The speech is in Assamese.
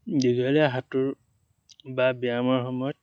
দীঘলীয়া সাঁতোৰ বা ব্যায়ামৰ সময়ত